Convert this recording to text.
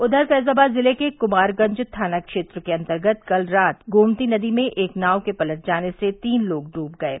उधर फैजाबाद जिले के कुमारगंज थाना क्षेत्र के अन्तर्गत कल रात गोमती नदी में एक नाव के पलट जाने से तीन लोग ड्व गये